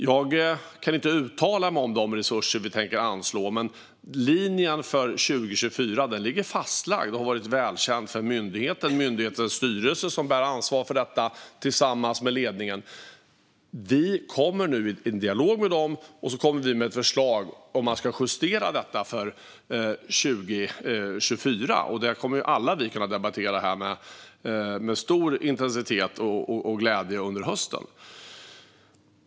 Jag kan inte uttala mig om de resurser vi tänker anslå, men linjen för 2024 ligger fastlagd och har varit välkänd för myndigheten och myndighetens styrelse som bär ansvar för detta tillsammans med ledningen. Vi kommer nu att ha en dialog med dem, och vi kommer med ett förslag om att justera detta för 2024. Detta kommer vi alla att kunna debattera med stor intensitet och glädje under hösten.